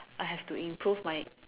I have to improve my